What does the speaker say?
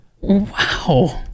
Wow